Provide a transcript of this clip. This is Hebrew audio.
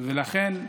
לכן,